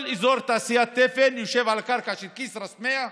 כל אזור התעשייה תפן יושב על הקרקע של כסרא-סמיע,